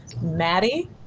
Maddie